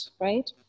right